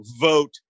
vote